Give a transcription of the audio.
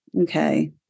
okay